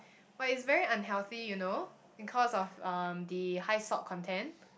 but is very unhealthy you know because of um the high salt content